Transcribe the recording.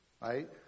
Right